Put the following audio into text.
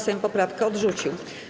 Sejm poprawkę odrzucił.